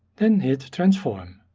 then hit transform.